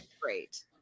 Great